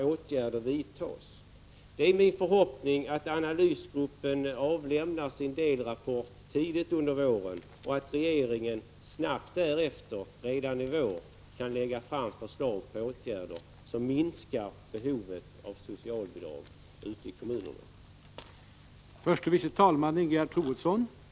Det är min 9 december 1985 förhoppning att analysgruppen skall avlämna sin delrapport tidigt under i våren och att regeringen snart därefter — alltså redan i vår — kan lägga fram cm Bgtrdörge PRE a å d 4 KE å minska antalet socialförslag till åtgärder som minskar behovet av socialbidrag ute i kommunerna. å bidragstagare